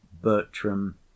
bertram